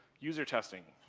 user testing.